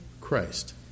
Christ